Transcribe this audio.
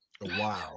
Wow